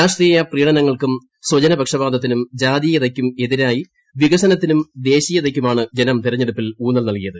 രാഷ്ട്രീയ പ്രീണനങ്ങൾക്കും സ്വജനപക്ഷപാതത്തിനും ജാതീയതയ്ക്കും എതിരായി വികസനത്തിനും ദേശീയതയ്ക്കുമാണ് ജനം തെരഞ്ഞെടുപ്പിൽ ഊന്നൽ നൽകിയത്